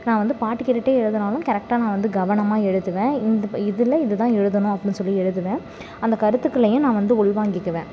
நான் வந்து பாட்டு கேட்டுகிட்டே எழுதினாலும் கரெக்டாக நான் வந்து கவனமாக எழுதுவேன் இந்த இதில் இது தான் எழுதணும் அப்படின் சொல்லி எழுதுவேன் அந்த கருத்துக்களையும் நான் வந்து உள்வாங்கிக்குவேன்